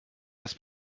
das